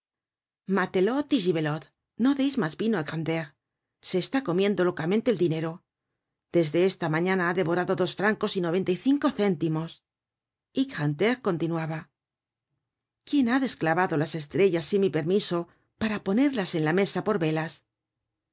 gritaba matelote y gibelote no deis mas vino á grantaire se está comiendo locamente el dinero desde esta mañana ha devorado dos francos y noventa y cinco céntimos y grantaire continuaba quién ha desclavado las estrellas sin mi permiso para ponerlas en la mesa por velas